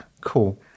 cool